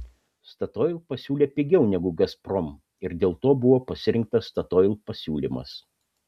statoil pasiūlė pigiau negu gazprom ir dėl to buvo pasirinktas statoil pasiūlymas